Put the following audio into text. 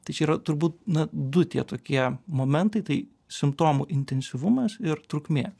tai čia yra turbūt na du tie tokie momentai tai simptomų intensyvumas ir trukmė